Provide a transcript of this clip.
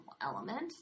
element